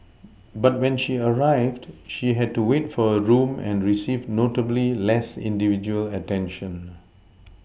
but when she arrived she had to wait for a room and received notably less individual attention